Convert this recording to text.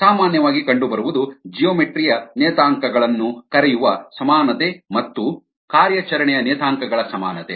ಸಾಮಾನ್ಯವಾಗಿ ಕಂಡುಬರುವುದು ಜಿಯೋಮೆಟ್ರಿ ಯ ನಿಯತಾಂಕಗಳನ್ನು ಕರೆಯುವ ಸಮಾನತೆ ಮತ್ತು ಕಾರ್ಯಾಚರಣೆಯ ನಿಯತಾಂಕಗಳ ಸಮಾನತೆ